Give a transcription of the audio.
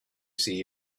see